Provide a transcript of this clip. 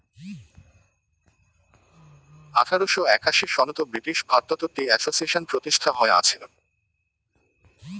আঠারোশ একাশি সনত ব্রিটিশ ভারতত টি অ্যাসোসিয়েশন প্রতিষ্ঠিত হয়া আছিল